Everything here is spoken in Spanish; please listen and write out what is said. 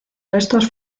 restos